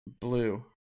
Blue